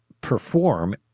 perform